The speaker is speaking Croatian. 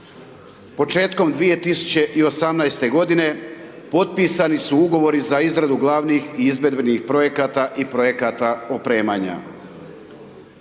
Početkom 2018.-te godine potpisani su ugovori za izradu glavnih i izvedbenih projekata i projekata opremanja.